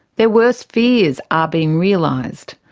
their worst fears are being realised.